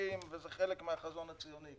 וחזקים וזה חלק מהחזון הציוני.